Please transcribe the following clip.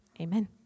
amen